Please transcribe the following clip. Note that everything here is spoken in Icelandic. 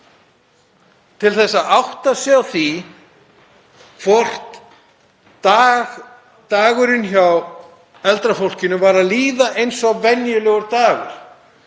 til að átta sig á því hvort dagurinn hjá eldra fólkinu væri að líða eins og venjulegur dagur.